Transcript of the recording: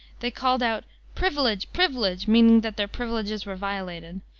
they called out privilege! privilege! meaning that their privileges were violated.